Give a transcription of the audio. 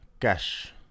Cash